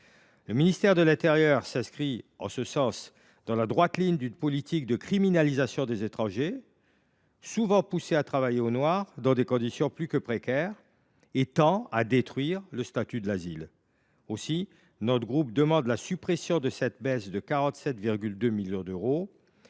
Le ministère de l’intérieur s’inscrit ainsi dans la droite ligne d’une politique de criminalisation des étrangers, souvent poussés à travailler au noir dans des conditions plus que précaires, une politique qui tend à détruire le statut de l’asile. Aussi, le groupe GEST demande la suppression de cette baisse de 47,2 millions d’euros.